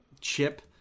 chip